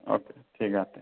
okay ٹھیک ہے آتے ہیں